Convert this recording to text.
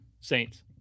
Saints